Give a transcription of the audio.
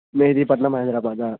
Mehdipatnam Hyderabad